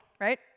right